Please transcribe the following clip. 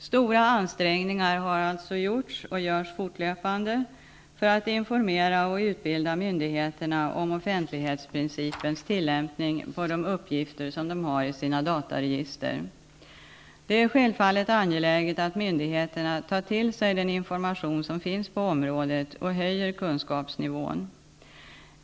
Stora ansträngningar har alltså gjorts och görs fortlöpande för att informera och utbilda myndigheterna om offentlighetsprincipens tillämpning på de uppgifter som de har i sina dataregister. Det är självfallet angeläget att myndigheterna tar till sig den information som finns på området och höjer kunskapsnivån.